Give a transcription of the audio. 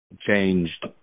changed